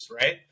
right